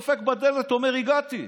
דופק בדלת ואומר: הגעתי.